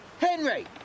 Henry